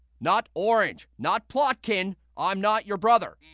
not orange, not plotkin, i'm not your brother.